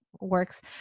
works